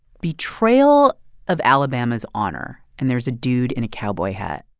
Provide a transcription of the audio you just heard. betrayal of alabama's honor, and there's a dude in a cowboy hat.